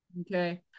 Okay